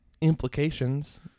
implications